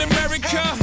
America